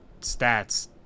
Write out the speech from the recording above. stats